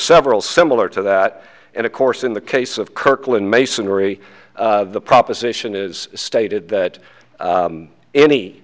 several similar to that and of course in the case of kirkland masonry the proposition is stated that